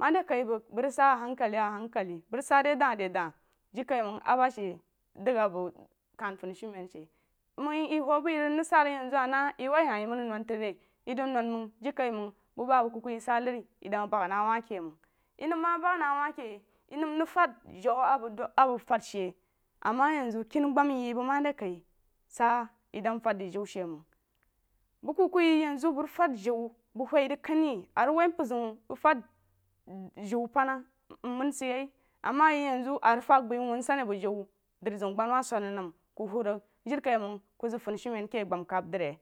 a re kai bəg rig sa a hagkali a hagkali məng rig sa re da re da jirikaiməng a ba she dəg bəg kan funisumen she məng ye huh beī ye rig nrig sa rig yenzuhi na ye wai hah ye mən rig nun tri re ye den don məng dirikaiməg bu ba bəg kuku ye rig sha nar ye den bəg na wuh ke məng ye nəm na bəg wuh ke ye nəm rig fan jau a bəg dəg a bəg fad she ama kangma ye bəg ma re kai ye sa ye dən fad zəg jīu she məng bəg kuku ye yenzu bəg fad zliu bəng wah rig kan re a rig wuh mpər ziu fad jiu pana mnon sid ye ama ye yen zou fəg bai wunsani a bəg jīu drizəun-agbamawa swana nəm ku wuh rig jirikaiməng ku zəg funisumen gbəm kam dri